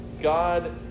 God